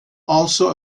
also